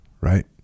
right